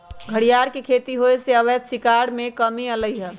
घरियार के खेती होयसे अवैध शिकार में कम्मि अलइ ह